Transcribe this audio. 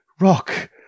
Rock